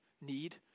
need